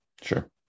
Sure